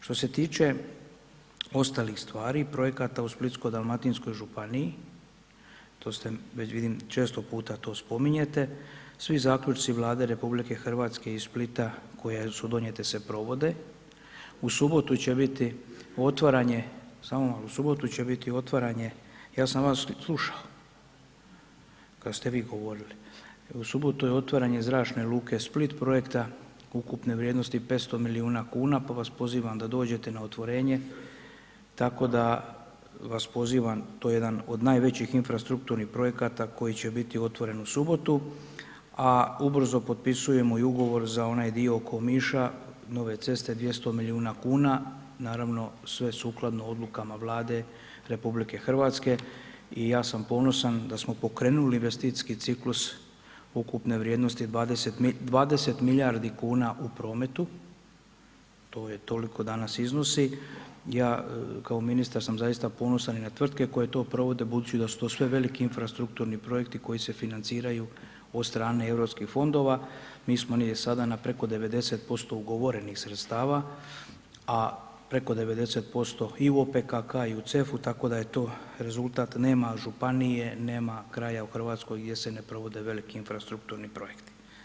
Što se tiče ostalih stvari i projekata u Splitsko-dalmatinskoj županiji, to ste već vidim često puta to spominjete, svi zaključci Vlade RH i Splita koje su donijete su provode, u subotu će biti otvaranje …… [[Upadica sa strane, ne razumije se.]] Samo malo, u subotu će biti otvaranje, ja sam vas slušao kad ste vi govorili, u subotu je otvaranje Zračne luke Split, projekta ukupne vrijednosti 500 milijuna kuna pa vas pozivam da dođete na otvorenje tako da vas pozivam, to je jedan od najvećih infrastrukturnih projekata koji će biti otvoren u subotu a ubrzo potpisujemo i ugovor za onaj dio oko Omiša, nove ceste 200 milijuna kuna, naravno sve sukladno odlukama Vlade RH i ja sam ponosan da smo pokrenuli investicijski ciklus ukupne vrijednosti 200 milijardi kuna u prometu, to je toliko danas iznosi, ja kao ministar sam zaista ponosan i na tvrtke koje to provode budući da su to sve velike infrastrukturni projekti koji se financiraju od strane europskih fondova, mi smo sada na preko 90% ugovorenih sredstava a preko 90% i u OPKK-a i u CEF-u, tako da je to rezultat, nema županije, nema kraja u Hrvatskoj gdje se ne provode veliki infrastrukturni projekti.